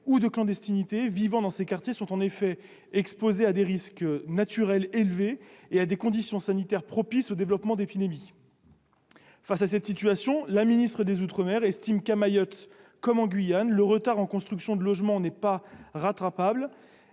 ou de clandestinité, sont en effet exposées à des risques naturels élevés et à des conditions sanitaires propices au développement d'épidémies. Face à cette situation, la ministre des outre-mer estime que, à Mayotte comme en Guyane, le retard en construction de logements n'est pas rattrapable,